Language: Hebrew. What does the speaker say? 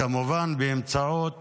כמובן באמצעות